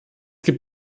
gibt